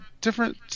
different